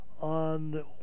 on